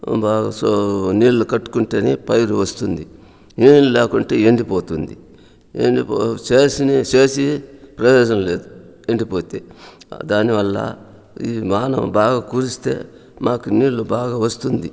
బాగా సో నీళ్లు కట్టుకుంటేనే పైరు వస్తుంది ఏం లేకుంటే ఎండిపోతుంది ఎండిపో చేసిన చేసి ప్రయోజనం లేదు ఎండిపోతే దాని వల్ల ఈ వాన బాగ కురిస్తే మాకు నీళ్లు బాగ వస్తుంది